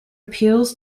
appeals